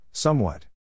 Somewhat